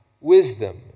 wisdom